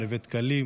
נוה דקלים,